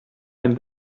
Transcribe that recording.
and